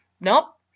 Nope